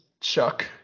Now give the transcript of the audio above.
chuck